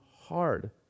hard